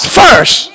first